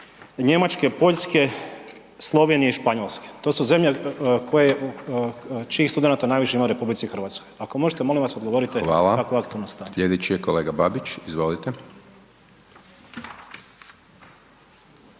Njemačke, Poljske, Slovenije i Španjolske. To su zemlje čijih studenata najviše ima u RH. Ako možete molim vas odgovoriti kakvo je aktualno stanje. **Hajdaš Dončić, Siniša (SDP)** Hvala,